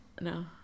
no